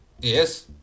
Yes